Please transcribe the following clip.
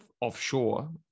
offshore